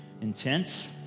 intense